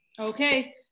Okay